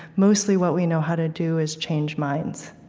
mostly what we know how to do is change minds.